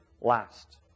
last